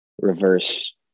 reverse